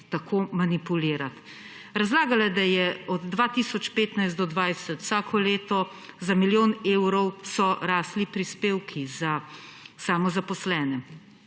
tako manipulirati. Razlagala je, da so od 2015 do 2020 vsako leto za milijon evrov rasli prispevki za samozaposlene.